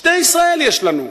שתי ישראל יש לנו.